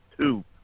two